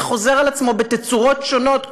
וחוזר על עצמו בתצורות שונות,